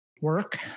work